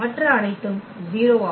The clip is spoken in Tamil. மற்ற அனைத்தும் 0 ஆகும்